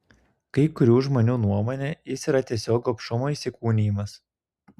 kai kurių žmonių nuomone jis yra tiesiog gobšumo įsikūnijimas